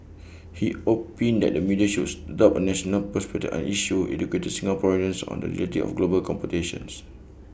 he opined that the media should adopt A national perspective on issues educating Singaporeans on the reality of global competition